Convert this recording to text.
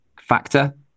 factor